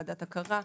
ועדת הכרה.